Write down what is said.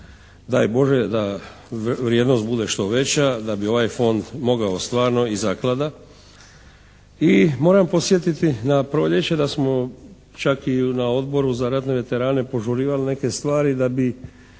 Daj Bože da vrijednost bude što veća da bi ovaj fond mogao stvarno i zaklada i moram podsjetiti na proljeće da smo čak i na Odboru za ratne veterane požurivali neke stvari da bi